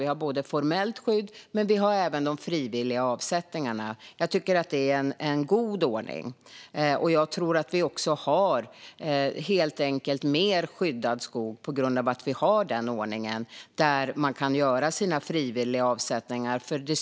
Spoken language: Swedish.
Vi har formellt skydd, men vi har även de frivilliga avsättningarna. Jag tycker att det är en god ordning. Jag tror också att vi helt enkelt har mer skyddad skog på grund av att vi har en ordning där man kan göra frivilliga avsättningar.